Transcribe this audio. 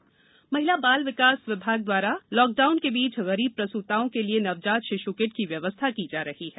शिश् किट महिला बाल विकास विभाग द्वारा लॉकडाउन के बीच गरीब प्रस्ताओं के लिए नवजात शिश् किट की व्यवस्था की जा रही है